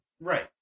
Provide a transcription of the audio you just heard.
Right